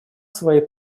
своей